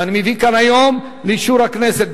ואני מביא כאן היום לאישור הכנסת,